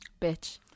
Bitch